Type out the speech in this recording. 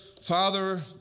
father